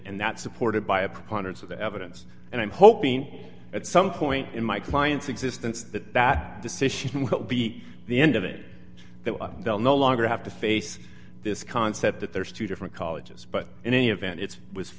and that's supported by a preponderance of the evidence and i'm hoping at some point in my client's existence that that decision will be the end of it that they'll no longer have to face this concept that there's two different colleges but in any event it was